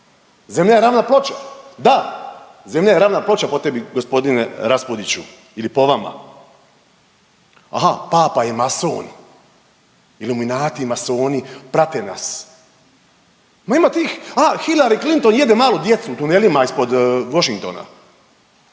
Zemlja je ravna ploča, da, Zemlja je ravna ploča po tebi gospodine Raspudiću ili po vama, aha Papa je mason, …/Govornik se ne razumije./… i masoni prate nas. Nema tih, aha Hillary Clinton jede malu djecu u tunelima ispod Washingtona.